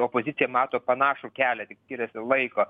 opozicija mato panašų kelią tik skiriasi laiko